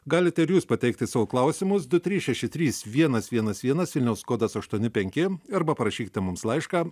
galite ir jūs pateikti savo klausimus du trys šeši trys vienas vienas vienas vilniaus kodas aštuoni penki arba parašykite mums laišką